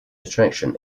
attraction